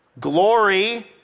Glory